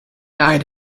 eyed